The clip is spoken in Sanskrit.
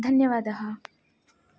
धन्यवादः